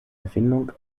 erfindung